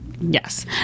Yes